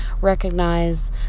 recognize